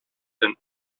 een